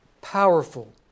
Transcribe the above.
powerful